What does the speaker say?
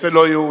אצל לא יהודים,